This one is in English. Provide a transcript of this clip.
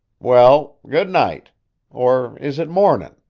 well, good night or is it mornin'?